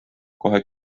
kohe